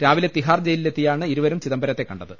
രാവിലെ തിഹാർ ജയിലെത്തിയാണ് ഇരുവരും ചിദംബരത്തെ കണ്ടത്